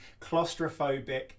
claustrophobic